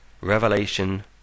Revelation